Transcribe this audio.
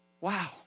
Wow